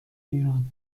ایران